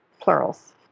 plurals